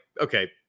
okay